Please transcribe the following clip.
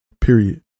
period